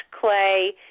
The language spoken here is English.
clay